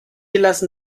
lassen